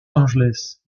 angeles